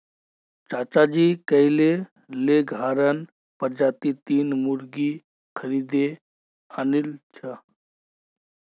चाचाजी कइल लेगहॉर्न प्रजातीर तीन मुर्गि खरीदे आनिल छ